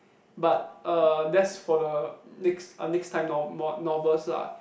but uh that's for the next ah next time no~ novels lah